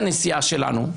הנשיאה שלנו,